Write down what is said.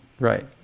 Right